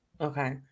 Okay